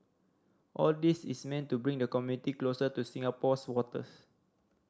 all this is meant to bring the community closer to Singapore's waters